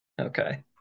Okay